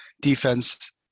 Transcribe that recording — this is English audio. Defense